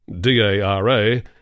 DARA